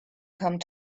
come